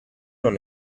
non